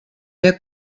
der